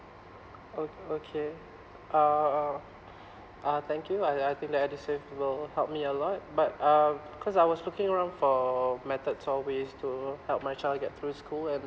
ok~ okay uh uh thank you I I think that edusave will help me a lot but um because I was looking around for methods or ways to help my child get through school and